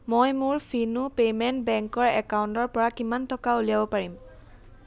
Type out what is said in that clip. মই মোৰ Fino payment বেংকৰ একাউণ্টৰ পৰা কিমান টকা উলিয়াব পাৰিম